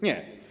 Nie.